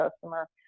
customer